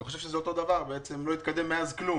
אני חושב שזה אותו דבר, לא התקדם מאז כלום.